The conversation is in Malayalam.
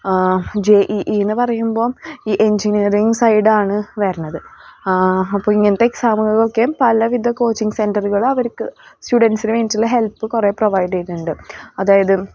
ജെ ഇ ഇ എന്ന് പറയുമ്പോൾ ഈ എൻജിനിയറിങ് സൈഡ് ആണ് വരുന്നത് ആ അപ്പം ഇങ്ങനത്തെ എക്സാമുകൾക്കൊക്കെ പലവിധ കോച്ചിങ് സെൻറ്ററുകൾ അവർക്ക് സ്റുഡൻറ്റ്സിന് വേണ്ടിയിട്ടുള്ള ഹെൽപ്പ് കുറേ പ്രൊവൈഡ് ചെയ്യുന്നുണ്ട് അതായത്